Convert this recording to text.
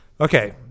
Okay